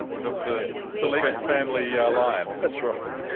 and so it's a select family yeah line. that's right.